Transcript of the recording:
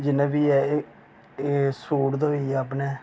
जिन्नै B A एह् एह् सूट दे होई गे अपने